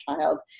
child